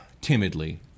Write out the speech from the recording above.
timidly